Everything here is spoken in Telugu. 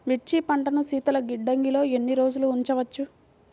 మిర్చి పంటను శీతల గిడ్డంగిలో ఎన్ని రోజులు ఉంచవచ్చు?